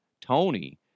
Tony